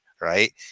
Right